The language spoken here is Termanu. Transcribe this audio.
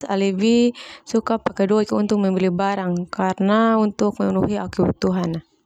Au lebih suka pake doik untuk membeli barang karna untuk memenuhi au kebutuhan.